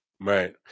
right